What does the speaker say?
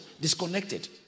disconnected